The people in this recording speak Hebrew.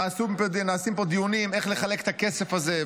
ונעשים פה דיונים איך לחלק את הכסף הזה,